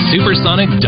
Supersonic